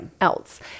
else